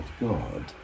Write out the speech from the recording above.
God